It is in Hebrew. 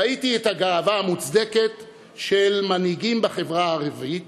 ראיתי את הגאווה המוצדקת של מנהיגים בחברה הערבית